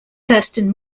thurston